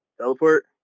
Teleport